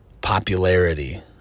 popularity